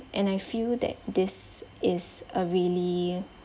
and I feel that this is a really